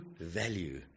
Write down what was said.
value